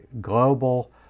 global